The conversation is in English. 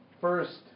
First